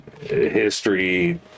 history